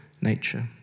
nature